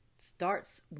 Starts